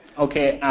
okay,